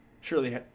surely